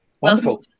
wonderful